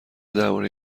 درباره